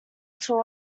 tour